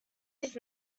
his